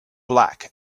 black